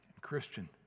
Christian